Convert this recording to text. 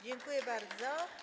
Dziękuję bardzo.